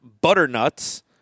Butternuts